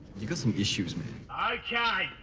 you got some issues, man. i mean